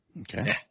Okay